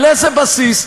על איזה בסיס?